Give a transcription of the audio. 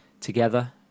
together